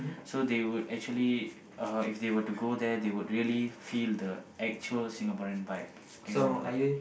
so they would actually uh if they were to go there they would really feel the actual Singaporean vibe like you know like